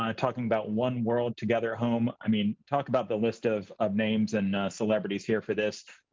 um talking about one world together home. i mean, talk about the list of of names and celebrities here for this.